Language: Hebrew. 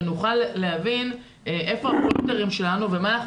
שנוכל להבין איפה הפלונטרים שלנו ומה אנחנו